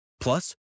Plus